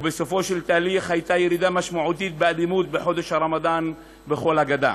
ובסופו של תהליך הייתה ירידה משמעותית באלימות בחודש הרמדאן בכל הגדה.